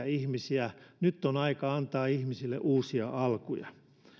ihmisiä nyt on aika antaa ihmisille uusia alkuja